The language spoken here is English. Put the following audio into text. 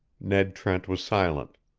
ned trent was silent.